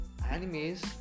Animes